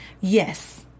Yes